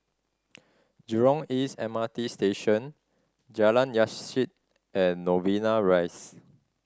Jurong East M R T Station Jalan Yasin and Novena Rise